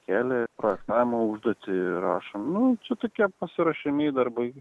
kelią projektavimo užduotį rašom nu čia tokie pasiruošiamieji darbai